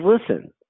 listen